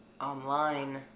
online